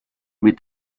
mit